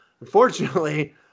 Unfortunately